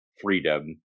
freedom